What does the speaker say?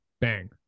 Bang